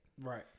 Right